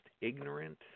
ignorant